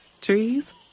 Trees